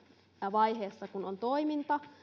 vaiheessa kun toiminta